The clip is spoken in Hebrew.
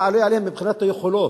אתה עולה עליהם מבחינת היכולות,